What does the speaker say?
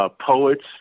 poets